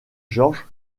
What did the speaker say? georges